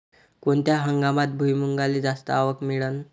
कोनत्या हंगामात भुईमुंगाले जास्त आवक मिळन?